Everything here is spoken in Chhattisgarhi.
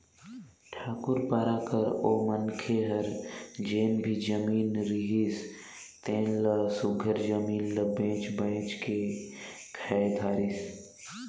ठाकुर पारा कर ओ मनखे हर जेन भी जमीन रिहिस तेन ल सुग्घर जमीन ल बेंच बाएंच के खाए धारिस